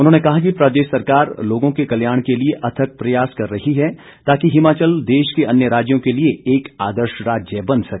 उन्होंने कहा कि प्रदेश सरकार लोगों के कल्याण के लिए अथक प्रयास कर रही है ताकि हिमाचल देश के अन्य राज्यों के लिए एक आदर्श राज्य बन सके